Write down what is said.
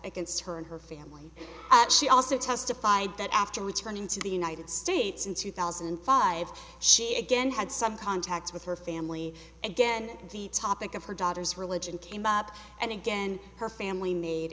against her and her family she also testified that after returning to the united states in two thousand and five she again had some contacts with her family again the topic of her daughter's religion came up and again her family made